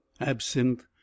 absinthe